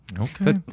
Okay